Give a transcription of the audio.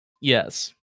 Yes